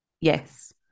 Yes